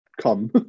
come